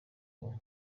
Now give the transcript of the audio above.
ubu